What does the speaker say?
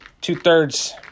Two-thirds